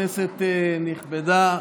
כנסת נכבדה,